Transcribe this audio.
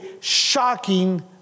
shocking